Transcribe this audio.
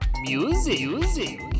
Music